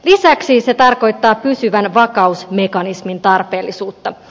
lisäksi se tarkoittaa pysyvän vakausmekanismin tarpeellisuutta